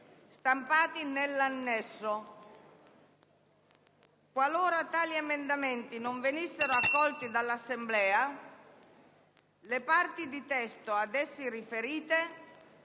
stampati nell'annesso. Qualora tali emendamenti non venissero accolti dall'Assemblea, le parti di testo ad essi riferite